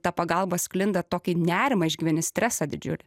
ta pagalba sklinda tokį nerimą išgyveni stresą didžiulį